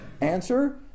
Answer